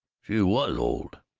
she was old,